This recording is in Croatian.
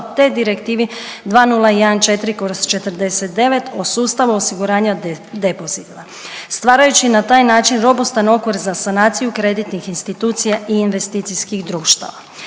te direktivi 2014/49 o sustavu osiguranja depozita, stvarajući na taj način robustan okvir za sanaciju kreditnih institucija i investicijskih društava.